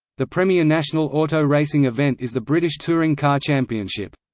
the premier national auto racing event is the british touring car championship.